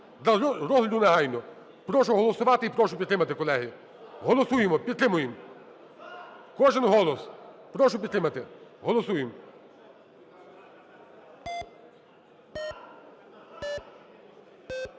розгляду негайно. Прошу голосувати і прошу підтримати, колеги. Голосуємо. Підтримуємо. Кожен голос. Прошу підтримати. 12:02:39